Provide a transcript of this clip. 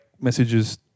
Messages